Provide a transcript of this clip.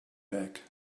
back